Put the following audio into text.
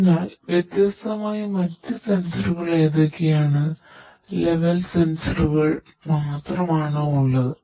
അതിനാൽ വ്യത്യസ്തമായ മറ്റ് സെൻസറുകൾ എന്തൊക്കെയാണ് ലെവൽ സെൻസറുകൾ മാത്രമാണോ ഉള്ളത്